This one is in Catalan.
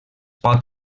pot